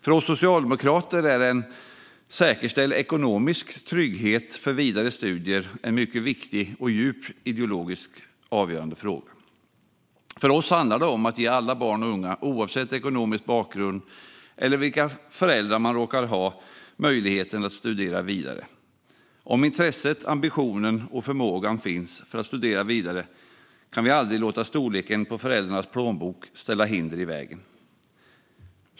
För oss socialdemokrater är en säkerställd ekonomisk trygghet för vidare studier en mycket viktig och djupt ideologiskt avgörande fråga. För oss handlar det om att ge alla barn och unga, oavsett ekonomisk bakgrund eller vilka föräldrar man råkar ha, möjligheten att studera vidare. Om intresset, ambitionen och förmågan finns för att studera vidare kan vi aldrig låta storleken på föräldrarnas plånbok ställa hinder i vägen.